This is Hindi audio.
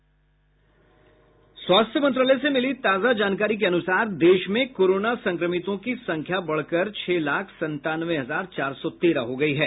स्वास्थ्य मंत्रालय से मिली ताजा जानकारी के अनुसार देश में कोरोना संक्रमितों की संख्या बढ़कर छह लाख संतानवे हजार चार सौ तेरह हो गई है